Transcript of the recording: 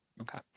Okay